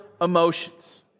emotions